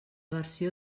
versió